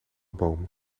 boom